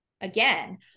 again